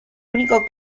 único